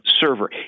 server